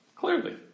Clearly